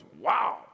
wow